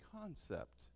concept